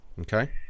Okay